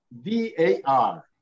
D-A-R